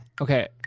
Okay